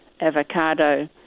avocado